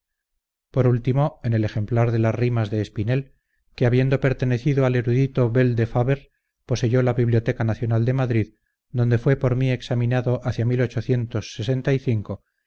por último en el ejemplar de las rimas de espinel que habiendo pertenecido al erudito blh de faber poseyó la biblioteca nacional de madrid donde fue por mí examinado hacia y